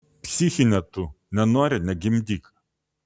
psichine tu nenori negimdyk